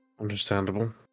Understandable